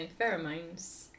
pheromones